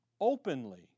openly